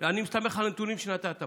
אני מסתמך על הנתונים שנתת פה,